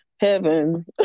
heaven